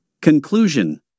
Conclusion